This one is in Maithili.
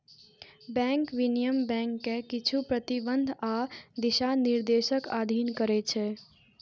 बैंक विनियमन बैंक कें किछु प्रतिबंध आ दिशानिर्देशक अधीन करै छै